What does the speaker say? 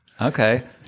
Okay